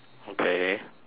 okay